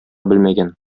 белмәгән